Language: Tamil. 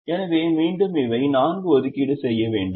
எனவே மீண்டும் இவை 4 ஒதுக்கீடு செய்யவேண்டும்